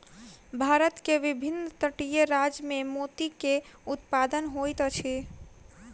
भारत के विभिन्न तटीय राज्य में मोती के उत्पादन होइत अछि